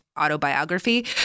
autobiography